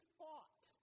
fought